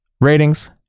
ratings